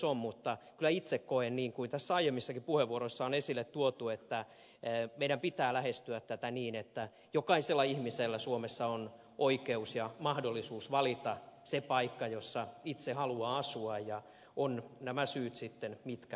mutta kyllä itse koen niin kuin tässä aiemmissakin puheenvuoroissa on esille tuotu että meidän pitää lähestyä tätä niin että jokaisella ihmisellä suomessa on oikeus ja mahdollisuus valita se paikka jossa itse haluaa asua ovat nämä syyt sitten mitkä tahansa